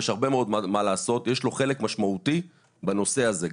יש הרבה מאוד מה לעשות יש לו חלק משמעותי בנושא הזה.